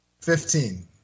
Fifteen